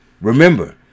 Remember